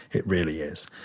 it really is.